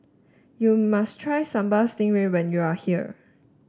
you must try Sambal Stingray when you are here